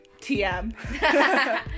TM